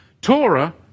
Torah